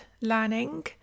learning